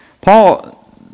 Paul